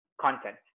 content